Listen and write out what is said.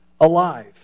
alive